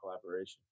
collaboration